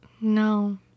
No